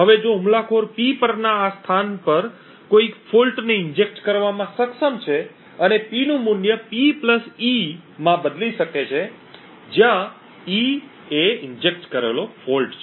હવે જો હુમલાખોર P પરના આ સ્થાન પર કોઈ ખામી ને ઇન્જેક્ટ કરવામાં સક્ષમ છે અને P નું મૂલ્ય P e માં બદલી શકે છે જ્યાં e એ ઇન્જેક્ટ કરેલો ફોલ્ટ છે